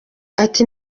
ati